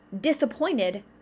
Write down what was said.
disappointed